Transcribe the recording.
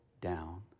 down